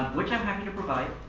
which i'm happy to provide.